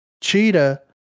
Cheetah